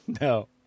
No